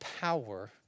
power